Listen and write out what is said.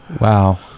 Wow